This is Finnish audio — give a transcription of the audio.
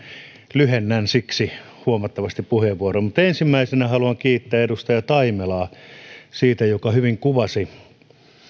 lyhennän siksi huomattavasti puheenvuoroani ensimmäisenä haluan kiittää edustaja taimelaa joka hyvin kuvasi